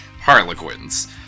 harlequins